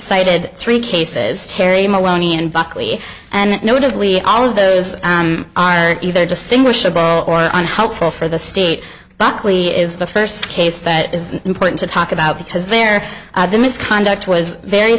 cited three cases terry maloney and buckley and notably all of those either distinguishable or unhelpful for the state buckley is the first case that is important to talk about because they're the misconduct was very